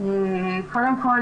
קודם כל,